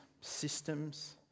systems